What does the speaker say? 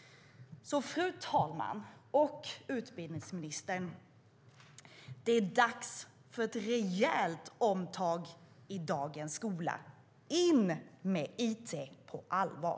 Fru talman och utbildningsministern! Det är dags för ett rejält omtag i dagens skola. In med it på allvar!